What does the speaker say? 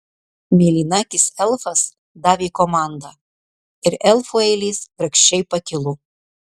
mėlynakis elfas davė komandą ir elfų eilės grakščiai pakilo